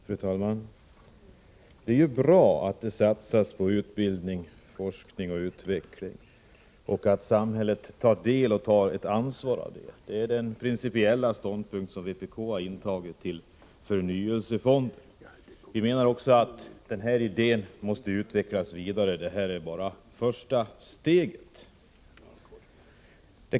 Fru talman! Det är bra att det satsas på utbildning, forskning och utveckling och att samhället tar ansvar för det — det är den principiella ståndpunkt som vpk har intagit när det gäller förnyelsefonder. Vi menar också att denna idé måste utvecklas vidare; detta är bara första steget.